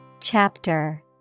Chapter